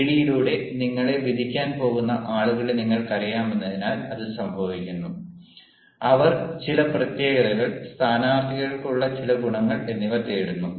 ജിഡിയിലൂടെ നിങ്ങളെ വിധിക്കാൻ പോകുന്ന ആളുകളെ നിങ്ങൾക്കറിയാമെന്നതിനാൽ ഇത് സംഭവിക്കുന്നു അവർ ചില പ്രത്യേകതകൾ സ്ഥാനാർത്ഥികൾക്ക് ഉള്ള ചില ഗുണങ്ങൾ എന്നിവ തേടുന്നു